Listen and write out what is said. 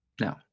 No